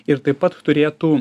ir taip pat turėtų